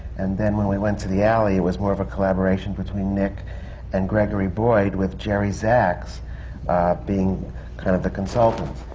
and then when we went to the alley, it was more of a collaboration between nick and gregory boyd, with jerry zaks being kind of the consultant.